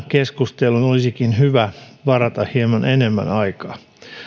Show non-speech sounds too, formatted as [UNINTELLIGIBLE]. [UNINTELLIGIBLE] keskusteluun olisikin hyvä varata hieman enemmän aikaa